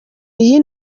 iyi